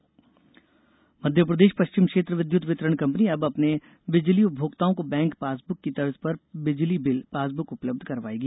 बिजली पासबुक मध्यप्रदेष पष्चिम क्षेत्र विद्युत वितरण कंपनी अब अपने बिजली उपभोक्ताओं को बैंक पासबुक की तर्ज पर बिजली बिल पासबुक उपलब्ध करवाएगी